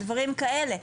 דברים כאלה.